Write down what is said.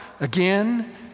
again